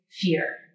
fear